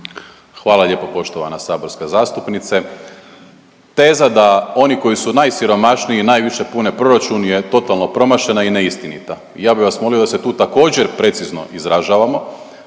Hvala lijepo poštovana saborska zastupnice. Teza da oni koji su najsiromašniji i najviše pune proračun je totalno promašena i neistinita i ja bi vas molio da se tu također precizno izražavamo.